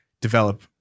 develop